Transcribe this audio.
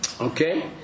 Okay